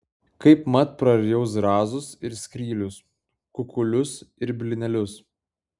kaipmat prarijau zrazus ir skrylius kukulius ir blynelius